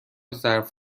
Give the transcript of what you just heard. ظرف